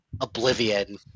oblivion